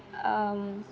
um